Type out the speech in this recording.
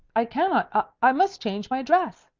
i cannot. i i must change my dress.